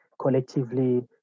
collectively